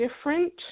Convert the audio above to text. different